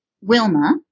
Wilma